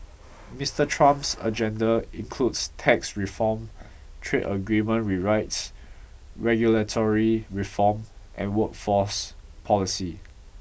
Mister Trump's agenda includes tax reform trade agreement rewrites regulatory reform and workforce policy